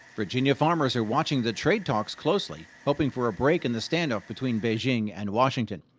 virginia farmers are watching the trade talks closely, hoping for a break in the standoff between beijing and washington.